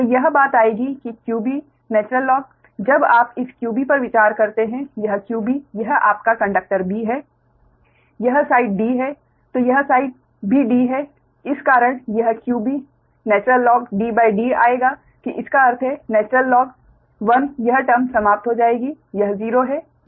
तो यह बात आएगी कि qb In जब आप इस qb पर विचार करते हैं यह qb यह आपका कंडक्टर b है यह साइड D है तो यह साइड भी D है इस कारण यह qb InDD आएगा कि इसका अर्थ है In 1 यह टर्म्स समाप्त हो जाएगी यह 0 है यह 0 होगा